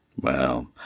Well